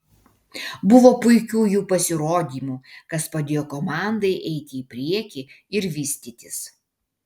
buvo puikių jų pasirodymų kas padėjo komandai eiti į priekį ir vystytis